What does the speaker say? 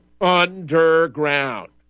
Underground